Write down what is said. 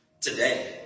today